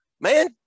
man